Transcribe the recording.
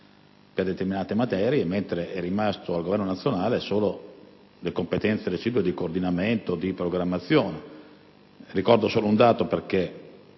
per determinate materie, mentre sono rimaste al Governo nazionale solo le competenze residue di coordinamento e programmazione. Ricordo solo un dato, perché